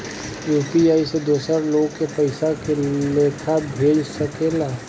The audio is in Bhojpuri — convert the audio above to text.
यू.पी.आई से दोसर लोग के पइसा के लेखा भेज सकेला?